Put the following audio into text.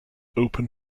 open